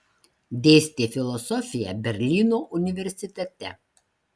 dėstė filosofiją berlyno universitete